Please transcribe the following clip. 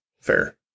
fair